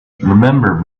remember